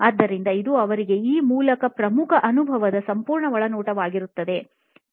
ಆದ್ದರಿಂದ ಇದು ಅವರಿಗೆ ಈ ಮೂಲಕ ಪ್ರಮುಖ ಅನುಭವದ ಸಂಪೂರ್ಣ ಒಳನೋಟವಾಗಿತ್ತು